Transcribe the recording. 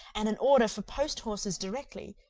and an order for post-horses directly,